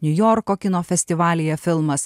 niujorko kino festivalyje filmas